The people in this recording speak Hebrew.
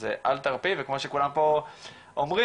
אז אל תרפי, וכמו שכולם פה אומרים,